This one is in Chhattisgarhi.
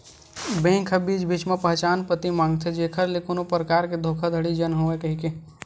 बेंक ह बीच बीच म पहचान पती मांगथे जेखर ले कोनो परकार के धोखाघड़ी झन होवय कहिके